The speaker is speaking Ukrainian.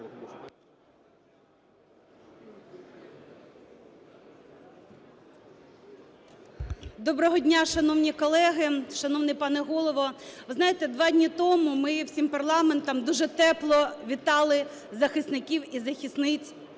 Доброго дня, шановні колеги, шановний пане Голово! Ви знаєте, два дні тому ми всім парламентом дуже тепло вітали захисників і захисниць